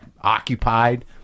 occupied